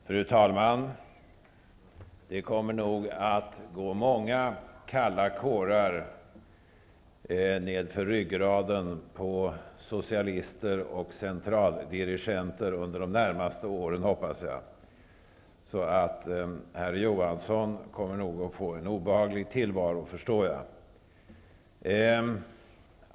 Fru talman! Det kommer säkerligen att gå många kalla kårar nedför ryggraderna hos socialister och centraldirigenter under de närmaste åren, hoppas jag. Jag förstår att herr Johansson nog kommer att få en obehaglig tillvaro.